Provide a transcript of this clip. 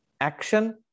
Action